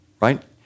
right